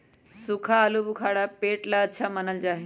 सूखा आलूबुखारा पेट ला अच्छा मानल जा हई